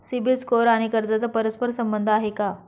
CIBIL score आणि कर्जाचा परस्पर संबंध आहे का?